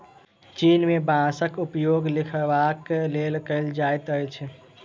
चीन में बांसक उपयोग लिखबाक लेल कएल जाइत अछि